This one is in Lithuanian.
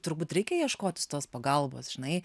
turbūt reikia ieškotis tos pagalbos žinai